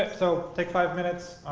so take five minutes.